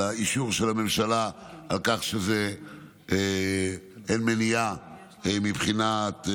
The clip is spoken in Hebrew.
על האישור של הממשלה על כך שאין מניעה לאשר את זה מבחינת,